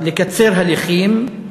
לקצר הליכים,